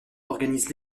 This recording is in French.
organise